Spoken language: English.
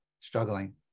struggling